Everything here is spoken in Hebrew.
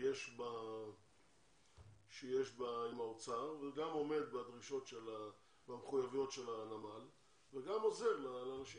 שיש עם האוצר וגם עומד במחויבויות של הנמל וגם עוזר לאנשים.